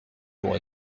pour